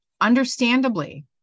understandably